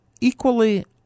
equally